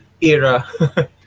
era